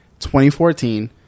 2014